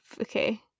Okay